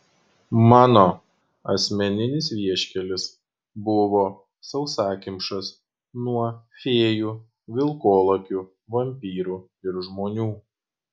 mano asmeninis vieškelis buvo sausakimšas nuo fėjų vilkolakių vampyrų ir žmonių